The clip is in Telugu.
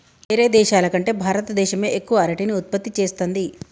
వేరే దేశాల కంటే భారత దేశమే ఎక్కువ అరటిని ఉత్పత్తి చేస్తంది